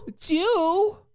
Two